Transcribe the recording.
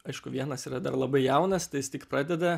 aišku vienas yra dar labai jaunas tai jis tik pradeda